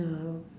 ya lor